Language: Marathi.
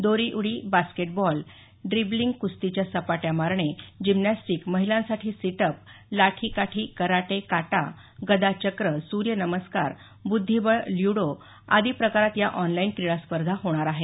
दोरी उडी बास्केटबॉल ड्रिब्लिंग कुस्तीच्या सपाट्या मारणे जिम्नॅस्टिक महिलांसाठी सीट अप लाठी काठी कराटे काटा गदा चक्र सूर्यनमस्कार बुद्धिबळ ल्युडो आदी प्रकारात या ऑनलाईन क्रीडा स्पर्धा होणार आहेत